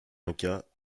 incas